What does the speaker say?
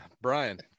Brian